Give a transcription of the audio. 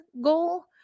goal